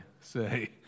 say